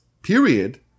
period